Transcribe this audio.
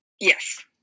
Yes